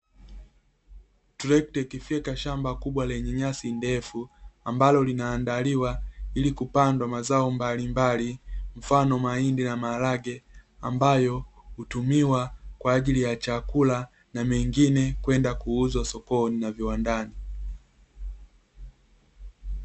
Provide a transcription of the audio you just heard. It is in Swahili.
Trekta ikifyeka shamba kubwa lenye nyasi ndefu, ambalo linaandaliwa ili kupandwa mazao mbalimbali, mfano mahindi na maharage, ambayo kwa ajili ya chakula, na mengine kwenda kuuzwa sokoni na viwandani.